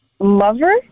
Lover